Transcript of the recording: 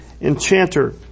enchanter